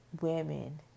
women